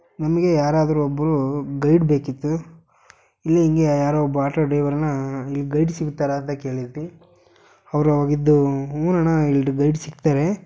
ನಮಗೆ ಯಾರಾದರೂ ಒಬ್ಬರು ಗೈಡ್ ಬೇಕಿತ್ತು ಇಲ್ಲಿ ಹಿಂಗೇ ಯಾರೋ ಒಬ್ಬ ಆಟೋ ಡೈವರ್ನ ಇಲ್ಲಿ ಗೈಡ್ ಸಿಗ್ತಾರಾ ಅಂತ ಕೇಳಿದ್ವಿ ಅವರು ಅವಾಗಿದ್ದು ಹ್ಞೂ ಅಣ್ಣಾ ಇಲ್ಲಿ ಡ್ ಗೈಡ್ ಸಿಗ್ತಾರೆ